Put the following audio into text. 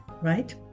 Right